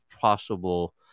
possible